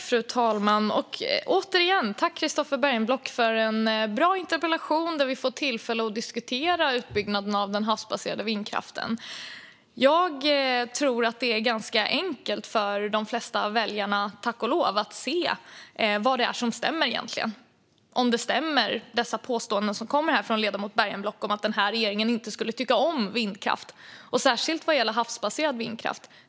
Fru talman! Jag tackar återigen Christofer Bergenblock för en bra interpellation och tillfället att diskutera utbyggnaden av den havsbaserade vindkraften. Jag tror tack och lov att det är ganska enkelt för de flesta väljare att se vad som egentligen stämmer. Stämmer de påståenden som kommer från ledamoten Bergenblock om att regeringen inte skulle tycka om vindkraft, särskilt havsbaserad sådan?